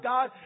God